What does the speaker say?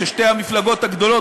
ששתי המפלגות הגדולות,